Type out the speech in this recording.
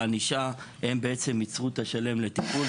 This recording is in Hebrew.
והענישה הם בעצם ייצרו את השלם לטיפול.